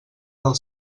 del